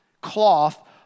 cloth